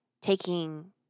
Taking